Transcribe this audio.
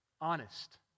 Honest